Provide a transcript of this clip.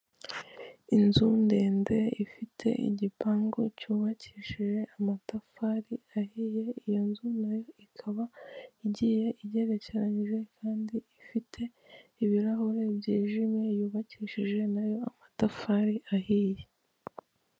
Inzu ndende ifite igipangu cyubakishije amatafari ahiye. Iyi nzu ikaba igiye igerekeranyije kandi ifite ibirahure byijimye. Yubakishije na yo amatafari ahiye.